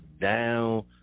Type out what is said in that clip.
down